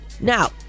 Now